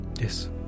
Yes